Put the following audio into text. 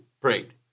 prayed